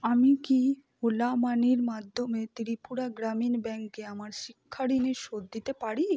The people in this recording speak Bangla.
আমি কি ওলা মানির মাধ্যমে ত্রিপুরা গ্রামীণ ব্যাঙ্কে আমার শিক্ষা ঋণের শোধ দিতে পারি